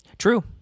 true